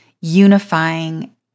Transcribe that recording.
unifying